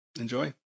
enjoy